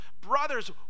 brothers